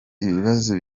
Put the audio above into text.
ibibazo